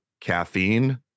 caffeine